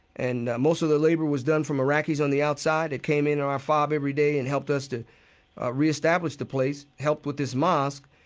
and most of the labor was done from iraqis on the outside that came into our fob every day and helped us to re-establish the place, helped with this mosque.